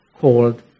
called